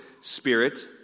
Spirit